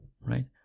right